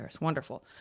wonderful